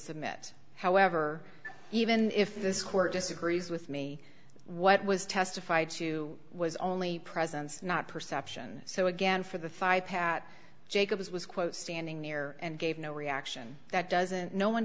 submit however even if this court disagrees with me what was testified to was only presence not perception so again for the five pat jacobs was quote standing near and gave no reaction that doesn't no one